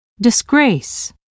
disgrace